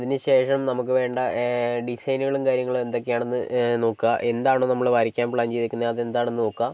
അതിനുശേഷം നമുക്ക് വേണ്ട ഡിസൈനുകളും കാര്യങ്ങളും എന്തൊക്കെയാണെന്ന് നോക്കുക എന്താണോ നമ്മൾ വരയ്ക്കാൻ പ്ലാൻ ചെയ്തിരിക്കുന്നത് അത് എന്താണെന്ന് നോക്കുക